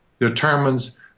determines